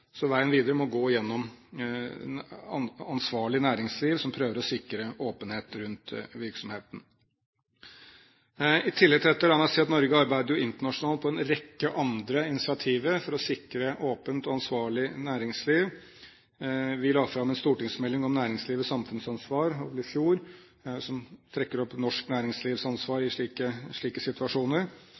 Så veien videre må gå gjennom et ansvarlig næringsliv som prøver å sikre åpenhet rundt virksomheten. I tillegg til dette la meg si at Norge arbeider jo internasjonalt på en rekke andre initiativer for å sikre åpent og ansvarlig næringsliv. Vi la fram en stortingsmelding om næringslivets samfunnsansvar i fjor, som trekker opp norsk næringslivs ansvar i slike situasjoner.